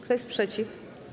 Kto jest przeciw?